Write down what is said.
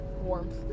warmth